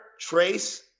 trace